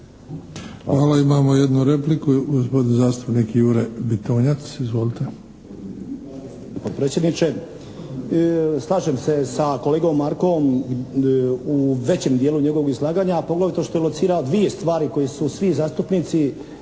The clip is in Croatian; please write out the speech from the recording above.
Hvala. Imamo jednu repliku gospodin zastupnik Jure Bitunjac. Izvolite!